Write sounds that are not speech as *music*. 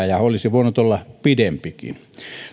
*unintelligible* ja olisi voinut olla pidempikin